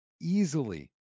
easily